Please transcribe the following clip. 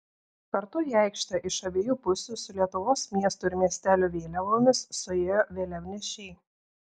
kartu į aikštę iš abiejų pusių su lietuvos miestų ir miestelių vėliavomis suėjo vėliavnešiai